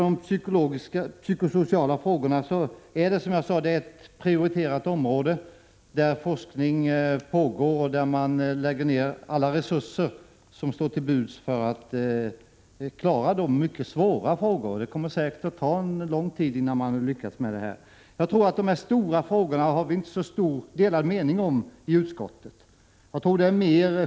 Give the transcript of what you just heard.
De psykosociala frågorna är ett prioriterat område där forskning pågår och där man lägger ned alla resurser som står till buds för att klara de mycket svåra frågorna. Det kommer säkert att ta lång tid innan man har lyckats med detta. Jag tror inte att vi i utskottet har så mycket delade meningar om dessa stora frågor.